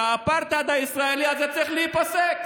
שהאפרטהייד הישראלי הזה צריך להיפסק.